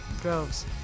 droves